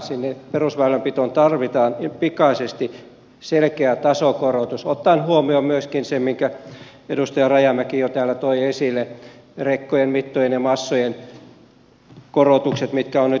sinne perusväylänpitoon tarvitaan pikaisesti selkeä tasokorotus ottaen huomioon myöskin minkä edustaja rajamäki jo täällä toi esille rekkojen mittojen ja massojen korotukset mitkä ovat nyt mahdollisia